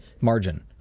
Margin